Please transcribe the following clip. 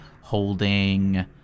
holding